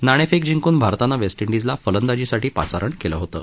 नाणेफेक जिंकून भारतानं वेस्ट इंडीजला फलंदाजीसाठी पाचारण केलं होतं